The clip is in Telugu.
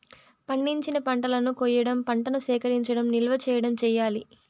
పండించిన పంటలను కొయ్యడం, పంటను సేకరించడం, నిల్వ చేయడం చెయ్యాలి